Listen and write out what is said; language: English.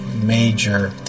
major